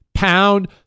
Pound